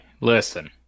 Listen